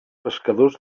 pescadors